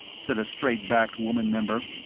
said a straight-backed woman member.